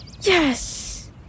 Yes